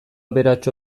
aberats